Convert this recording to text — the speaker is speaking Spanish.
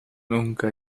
nunca